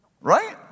Right